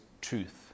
truth